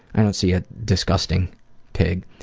i don't see a disgusting pig.